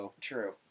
true